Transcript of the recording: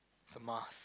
it's a must